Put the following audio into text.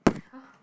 !huh!